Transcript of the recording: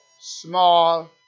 small